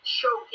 show